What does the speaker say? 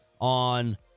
on